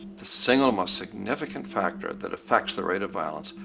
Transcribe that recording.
the single most significant factor that affects the rate of violence.